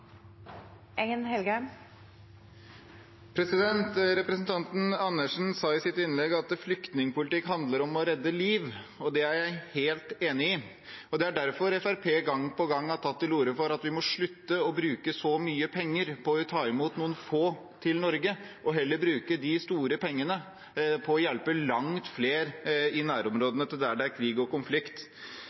Representanten Andersen sa i sitt innlegg at flyktningpolitikk handler om å redde liv. Det er jeg helt enig i. Det er derfor Fremskrittspartiet gang på gang har tatt til orde for at vi må slutte å bruke så mye penger på å ta imot noen få til Norge, og heller bruke de store pengene på å hjelpe langt flere i områdene nær der det er krig og konflikt.